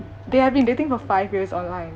they have been dating for five years online